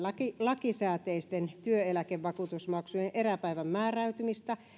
lakisääteisten työeläkevakuutusmaksujen eräpäivän määräytymistä